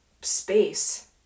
space